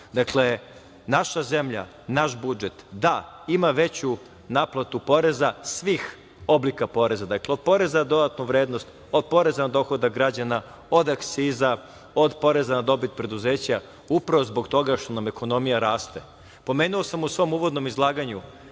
Dakle, naša zemlja, naš budžet, da, ima veću naplatu poreza svih oblika poreza. Dakle, od poreza na dodatu vrednost, od poreza na dohodak građana, od akciza, od poreza na dobit preduzeća, upravo zbog toga što nam ekonomija raste. Pomenuo sam u svom uvodnom izlaganju